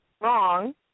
wrong